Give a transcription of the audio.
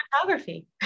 photography